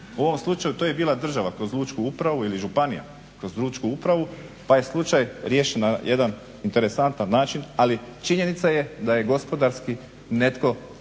u ovom slučaju to je bila država kroz lučku upravu ili županija kroz lučku upravu pa je slučaj riješen na jedan interesantan način, ali činjenica je da je gospodarski netko